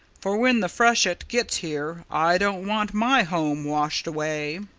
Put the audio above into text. for when the freshet gets here i don't want my home washed away.